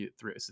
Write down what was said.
three